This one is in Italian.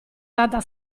tanta